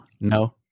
No